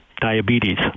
diabetes